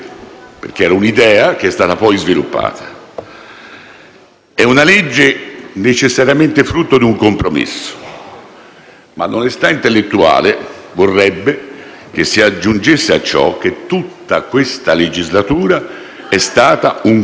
È una legge necessariamente frutto di un compromesso, ma onestà intellettuale vorrebbe che si aggiungesse a ciò che tutta questa legislatura è stata un compromesso, un grande compromesso.